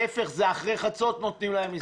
להיפך, זה אחרי חצות, נותנים להם הזדמנות.